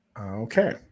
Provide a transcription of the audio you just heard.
Okay